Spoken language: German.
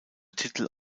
titel